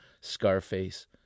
Scarface